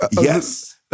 Yes